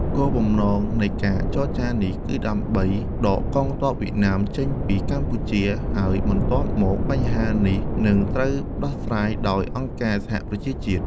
គោលបំណងនៃការចរចានេះគឺដើម្បីដកកងទ័ពវៀតណាមចេញពីកម្ពុជា ហើយបន្ទាប់មកបញ្ហានេះនឹងត្រូវដោះស្រាយដោយអង្គការសហប្រជាជាតិ។